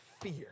fear